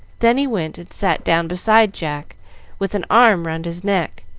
then he went and sat down beside jack with an arm round his neck,